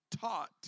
taught